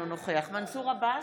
אינו נוכח מנסור עבאס,